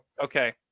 Okay